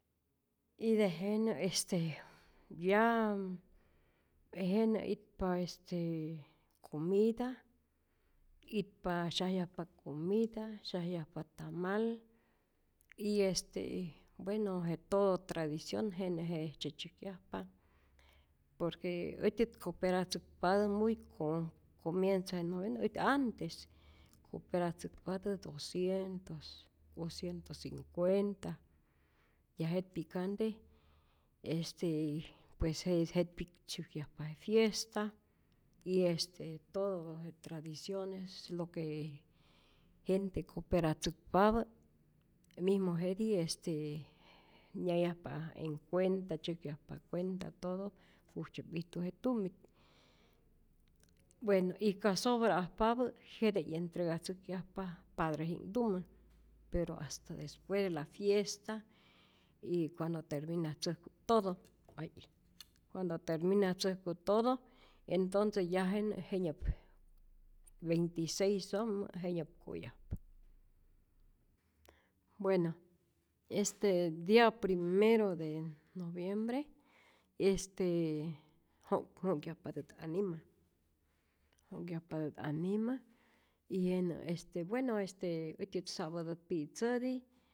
Y tejenä este yaa tejenä itpa este comida, itpa syajyajpa comida, syajyajpa tamal, y este bueno je todo tradicion jenä jejtzye tzyajkyajpa, por que äjtyät coperatzäkpatä muy con comieza je novena, äjtyä antes coperatzäkpatät doscientos u ciento cincuenta, ya jetpi'kante este pues je jet'pi'k tzäjkyajpa je fiesta y este todo je tradiciones lo que gente coperatzäkpapä, mismo jetij este nyayajpa en cuenta, tzyäjkyajpa cuenta todo, jujtzye'p ijtu je tumit, bueno y ka sobra'ajpapä jete 'yentregatzäjkyajpa padreji'knhtumä, pero hasta despues de la fiesta y cuando terminatzäjku'p todo, hay, cuando terminatzäjku todo, entonce ya jenä jenyap veinti seis'ojmä jenya'p ko'yajpa, bueno este dia primero de noviembre este jo' jo'nhkyajpatät anima, jo'nhkyajpatät anima y jenä este bueno este äjtyät sa'patä pi'tzäti